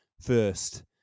first